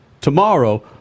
Tomorrow